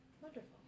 Wonderful